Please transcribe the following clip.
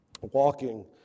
walking